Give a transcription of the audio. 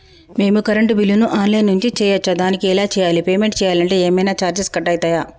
మేము కరెంటు బిల్లును online నుంచి చేయచ్చా? దానికి ఎలా చేయాలి? పేమెంట్ చేయాలంటే ఏమైనా చార్జెస్ కట్ అయితయా?